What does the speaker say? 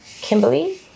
Kimberly